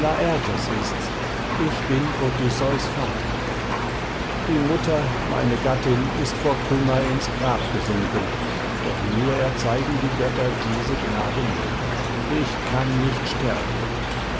ist's ich bin odysseus vater die mutter meine gattin ist vor kummer ins grab gesunken doch mir erzeigen die götter diese gnade nicht ich kann nicht sterben